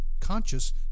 conscious